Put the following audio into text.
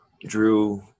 Drew